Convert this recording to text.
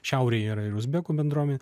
šiaurėje yra ir uzbekų bendruomenė